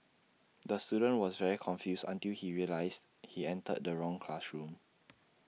the student was very confused until he realised he entered the wrong classroom